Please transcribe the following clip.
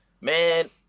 Man